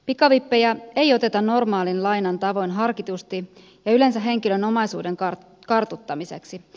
pikavippejä ei oteta normaalin lainan tavoin harkitusti ja yleensä henkilön omaisuuden kartuttamiseksi